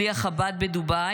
שליח חב"ד בדובאי?